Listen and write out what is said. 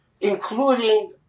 including